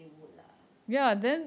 they would lah